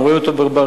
רואים אותו בקניות,